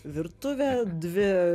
virtuvė dvi